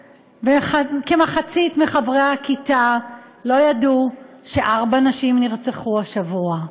וכמחצית מחברי הכיתה לא ידעו שארבע נשים נרצחו השבוע.